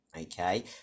okay